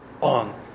on